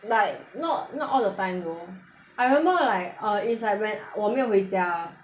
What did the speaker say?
like not not all the time though I remember like uh is like when 我没有回家